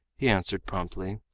he answered promptly